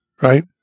Right